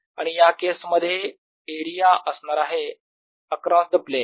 आणि या केसमध्ये एरिया असणार आहे अक्रॉस द प्लेन